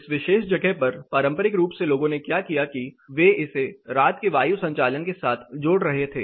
इस विशेष जगह पर पारंपरिक रूप से लोगों ने क्या किया कि वे इसे रात के वायु संचालन के साथ जोड़ रहे थे